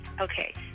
Okay